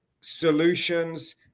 solutions